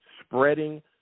spreading